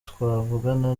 twavugana